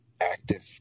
active